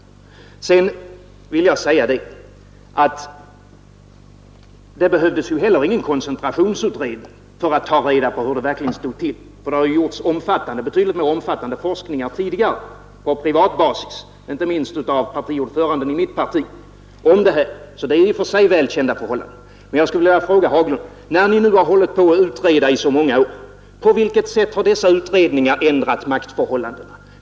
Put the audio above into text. Sedan vill jag säga att det väl inte heller behövdes någon koncentrationsutredning för att ta reda på hur det verkligen stod till, eftersom det har gjorts omfattande forskningar tidigare på privat basis, inte minst av partiordföranden i mitt parti, om detta. Det är alltså i och för sig välkända förhållanden, men jag skulle vilja fråga herr Haglund: När ni nu har hållit på att utreda i så många år, på vilket sätt har dessa utredningar ändrat maktförhållandena?